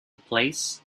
place